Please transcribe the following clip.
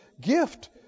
gift